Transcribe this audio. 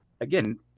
again